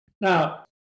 Now